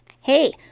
Hey